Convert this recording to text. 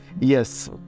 Yes